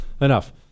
Enough